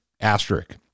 asterisk